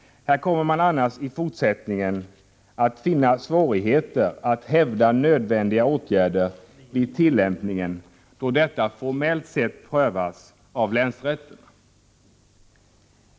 Här kommer man annars även i fortsättningen att finna svårigheter att hävda nödvändiga åtgärder vid tillämpningen, då detta formellt prövas av länsrätterna.